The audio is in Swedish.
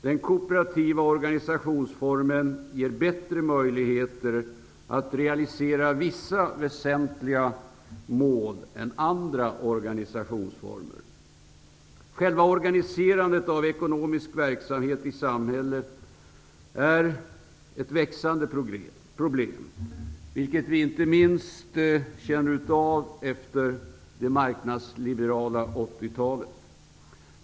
Den kooperativa organisationsformen ger bättre möjligheter att realisera vissa väsentliga mål än andra organisationsformer. Själva organiserandet av ekonomisk verksamhet i samhället är ett växande problem, vilket vi inte minst känner av efter det marknadsliberala 80-talet.